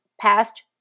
past